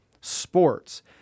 sports